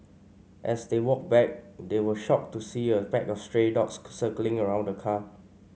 as they walked back they were shocked to see a pack of stray dogs circling around the car